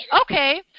okay